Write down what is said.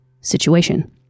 situation